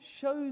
shows